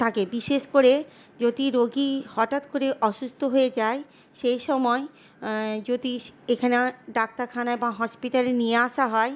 থাকে বিশেষ করে যদি রোগী হঠাৎ করে অসুস্থ হয়ে যায় সেই সময় যদি এখানে ডাক্তারখানায় বা হসপিটালে নিয়ে আসা হয়